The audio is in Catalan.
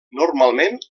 normalment